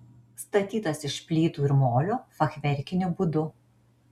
statytas iš plytų ir molio fachverkiniu būdu